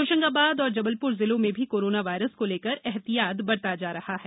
होशंगाबाद और जबलपुर जिलों में भी कोरोना वायरस को लेकर एहतियात बरता जा रहा है